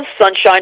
Sunshine